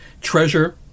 treasure